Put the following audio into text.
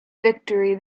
victory